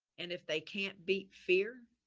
and if they can't beat fear,